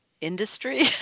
industry